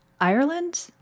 Ireland